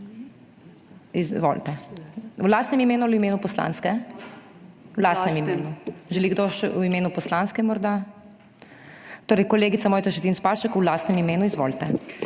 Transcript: Izvolite. V lastnem imenu in v imenu poslanske? V lastnem imenu. Želi kdo še v imenu poslanske, morda? Torej, kolegica Mojca Šetinc Pašek v lastnem imenu, izvolite.